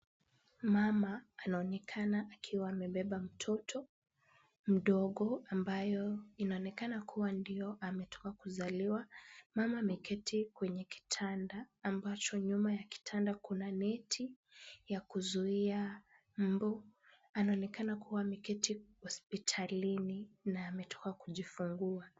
Mama anaonekana akiwa amebeba mtoto mdogo ambayo inaonekana kuwa ndiyo ametoka kuzaliwa. Mama ameketi kwenye kitanda ambacho nyuma ya kitanda kuna neti ya kuzuia mbu. Anaonekana kuwa ameketi hospitalini na ametoka kujifungua.